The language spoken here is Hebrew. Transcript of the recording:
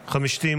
נתקבלה.